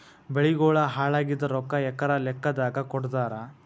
ಬೆಳಿಗೋಳ ಹಾಳಾಗಿದ ರೊಕ್ಕಾ ಎಕರ ಲೆಕ್ಕಾದಾಗ ಕೊಡುತ್ತಾರ?